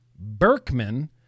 Berkman